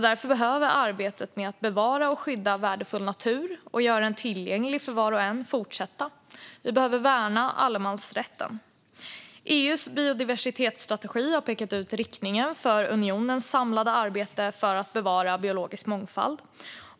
Därför behöver arbetet med att bevara och skydda värdefull natur och göra den tillgänglig för var och en fortsätta. Vi behöver värna allemansrätten. EU:s biodiversitetsstrategi har pekat ut riktningen för unionens samlade arbete för att bevara biologisk mångfald.